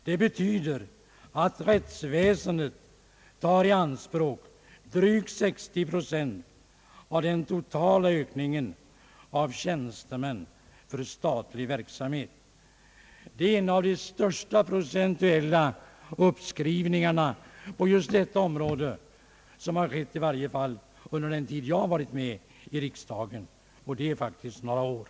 Detta betyder, att rättsväsendet tar i anspråk drygt 60 procent av den totala ökningen av antalet tjänstemän för statlig verksamhet. Det är en av de största procentuella uppskrivningar som skett på just detta område, i varje fall under den tid jag har varit med i riksdagen — och det är faktiskt några år.